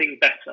better